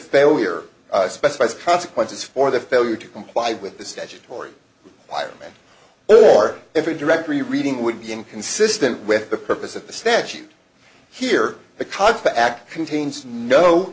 failure specifies consequences for the failure to comply with the statutory wireman or if a directory reading would be inconsistent with the purpose of the statute here the cockpit act contains no